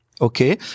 Okay